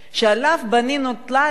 שעליו בנינו טלאי על טלאי.